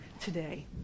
today